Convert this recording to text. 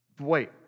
Wait